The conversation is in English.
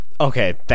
Okay